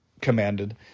commanded